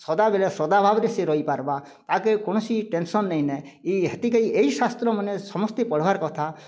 ସଦାବେଳେ ସଦା ଭାବରେ ସେ ରହିପାରବା ତାକେ କୌଣସି ଟେନସନ୍ ନାଇଁ ନେ ଇ ହେଥିକେଇ ଏହି ଶାସ୍ତ୍ର ମାନେ ସମସ୍ତେ ପଢ଼ିବାର୍ କଥା